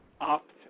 Opt